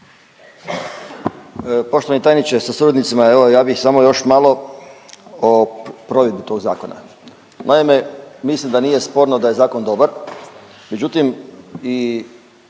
Poštovani tajniče sa suradnicima. Evo ja bih samo još malo o provedbi tog zakona. Naime, mislim da nije sporno da je zakon dobar,